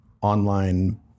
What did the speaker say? online